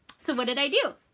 so what did i do?